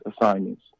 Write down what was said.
assignments